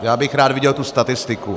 Já bych rád viděl tu statistiku.